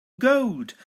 gold